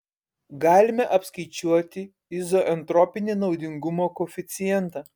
galime apskaičiuoti izoentropinį naudingumo koeficientą